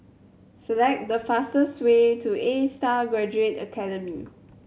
select the fastest way to Astar Graduate Academy